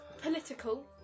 political